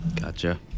Gotcha